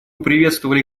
приветствовали